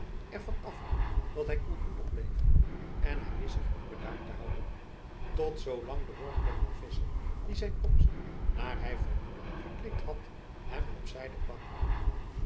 van afhing dat hij koelbloedig bleef en hij wist zich ook bedaard te houden tot zoolang de workummer visscher die zijn komst naar hij vermoedde verklikt had hem op zijde kwam